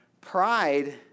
Pride